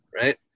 right